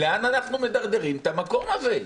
לאן אנחנו מדרדרים את המקום הזה.